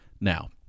Now